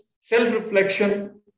self-reflection